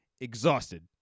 exhausted